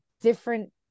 different